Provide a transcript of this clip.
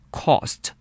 cost